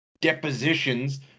depositions